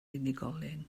unigolyn